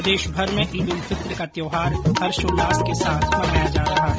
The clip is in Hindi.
प्रदेशभर में ईद उल फित्र का त्यौहार हर्षोल्लास के साथ मनाया जा रहा है